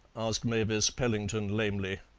asked mavis pellington lamely.